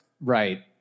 Right